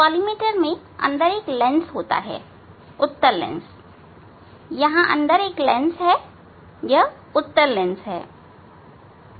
collimator में एक lens होता है उत्तल लेंस होता है यहां अंदर 1 लेंस है उत्तल लेंस है